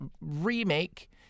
remake